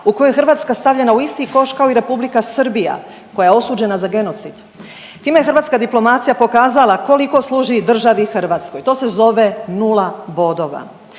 u kojoj Hrvatska stavljena u isti koš kao i Republika Srbija koja je osuđena za genocid. Time je hrvatska diplomacija pokazala koliko služi državi Hrvatskoj. To se zove nula bodova.